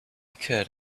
could